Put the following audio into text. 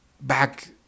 back